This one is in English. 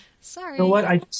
Sorry